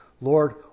Lord